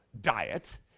diet